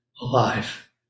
alive